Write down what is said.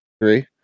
Three